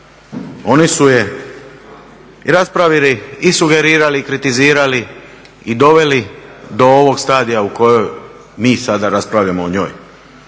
Oni su je i raspravili i sugerirali i kritizirali i doveli do ovog stadija u kojoj mi sada raspravljamo o njoj.